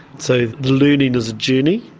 so the learning is a journey,